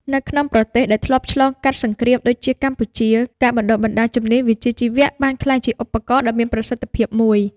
នៅក្នុងប្រទេសដែលធ្លាប់ឆ្លងកាត់សង្គ្រាមដូចជាកម្ពុជា ការបណ្តុះបណ្តាលជំនាញវិជ្ជាជីវៈបានក្លាយជាឧបករណ៍ដ៏មានប្រសិទ្ធភាពមួយ។